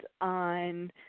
on